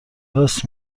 راست